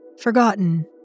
forgotten